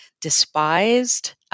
despised